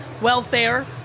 welfare